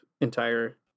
entire